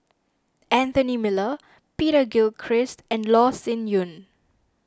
Anthony Miller Peter Gilchrist and Loh Sin Yun